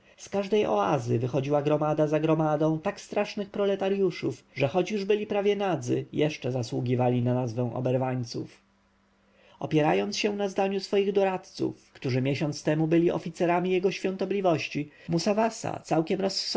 każdej oazy wychodziła gromada za gromadą tak strasznych proletarjuszów że choć już byli prawie nadzy jeszcze zasługiwali na nazwę oberwańców opierając się na zdaniu swoich doradców którzy miesiąc temu byli oficerami jego świątobliwości musawasa